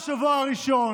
ממשלת הדיכוי.